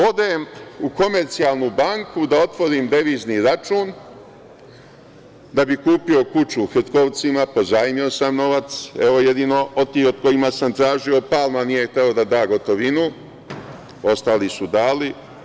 Odem u Komercijalnu banku da otvorim devizni račun, da bi kupio kuću u Hrtkovcima, pozajmio sam novac, evo jedino ovi od kojih sam tražio, Palma nije hteo da da gotovinu, ostali su dali.